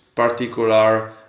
particular